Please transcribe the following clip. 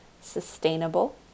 sustainable